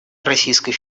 российской